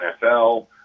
NFL